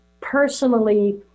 personally